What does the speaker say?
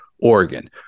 Oregon